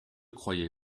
croyais